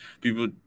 people